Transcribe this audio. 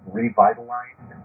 revitalized